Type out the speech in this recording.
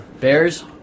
Bears